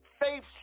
faith